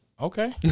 Okay